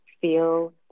feel